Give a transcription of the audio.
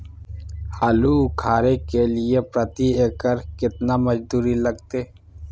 आलू उखारय के लिये प्रति एकर केतना मजदूरी लागते?